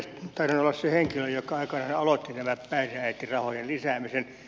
taidan olla se henkilö joka aikanaan aloitti tämän päihdeäitirahojen lisäämisen